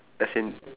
as in